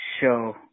show